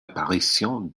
apparition